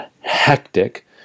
hectic